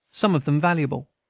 some of them valuable.